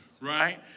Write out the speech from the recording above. right